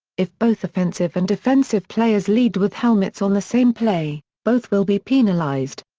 if both offensive and defensive players lead with helmets on the same play, both will be penalized.